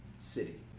City